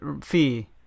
fee